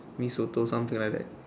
mee soto something like that